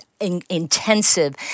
intensive